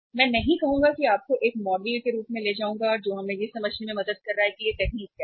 मैं नहीं कहूंगा कि मैं आपको एक मॉडल के रूप में ले जाऊंगा जो हमें यह समझने में मदद कर रहा है कि यह तकनीक क्या है